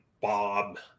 Bob